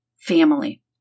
family